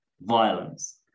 violence